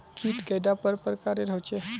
कीट कैडा पर प्रकारेर होचे?